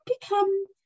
become